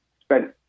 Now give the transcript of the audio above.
spent